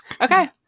Okay